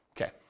Okay